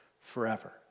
forever